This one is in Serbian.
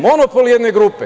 Monopol jedne grupe.